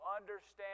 understand